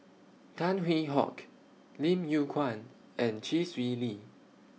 Tan Hwee Hock Lim Yew Kuan and Chee Swee Lee